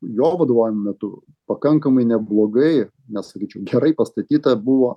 jo vadovavimo metu pakankamai neblogai net sakyčiau gerai pastatyta buvo